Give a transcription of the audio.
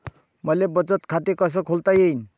मले बचत खाते कसं खोलता येईन?